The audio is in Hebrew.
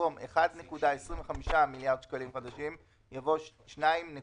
במקום "1.35 מיליארד שקלים חדשים" יבוא "0.9